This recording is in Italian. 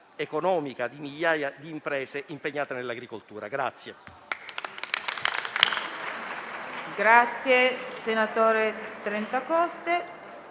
economica di migliaia di imprese impegnate nell'agricoltura.